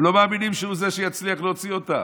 הם לא מאמינים שהוא זה שיצליח להוציא אותם.